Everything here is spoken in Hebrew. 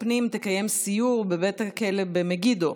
הפנים תקיים סיור בבית הכלא במגידו.